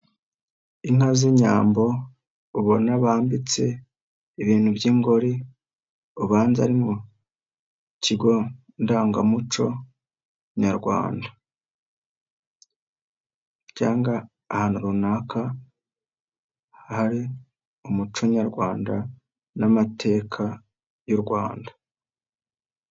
Inka z'inyambo ubona bambitse ibintu by'ingori mu kigo ndangamuco Nyarwanda, cyangwa ahantu runaka hari umuco nyarwanda n'amateka nyarwanda.